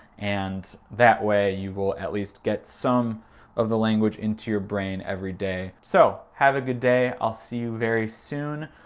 and that way you will at least get some of the language into you're brain every day. so have a good day. i'll see you very soon.